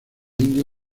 india